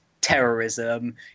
terrorism